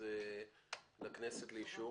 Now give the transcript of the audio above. זה לכנסת לאישור?